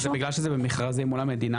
כן זה בגלל שזה במכרזים מול המדינה,